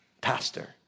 pastor